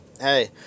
hey